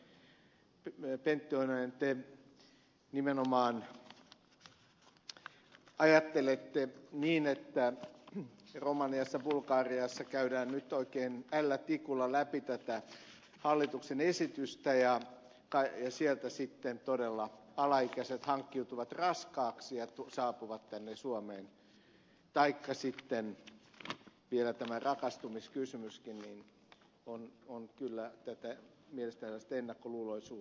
pentti oinonen te nimenomaan ajattelette niin että romaniassa bulgariassa käydään nyt oikein ällätikulla läpi tätä hallituksen esitystä ja siellä sitten todella alaikäiset hankkiutuvat raskaaksi ja saapuvat tänne suomeen taikka sitten vielä tämä rakastumiskysymyskin on kyllä mielestäni tällaista ennakkoluuloisuutta